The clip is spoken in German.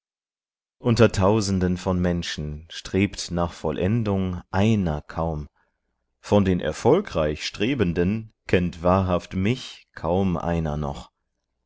unter tausenden von menschen strebt nach vollendung einer kaum von den erfolgreich strebenden kennt wahrhaft mich kaum einer noch